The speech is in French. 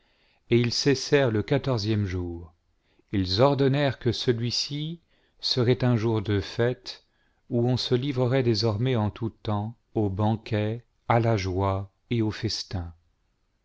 et ils cessèrent le quatorzième jour ils ordonnèrent que celui-ci serait mn jour de fête où on se livrerait désormais en tout temps aux banquets à la joie et aux festins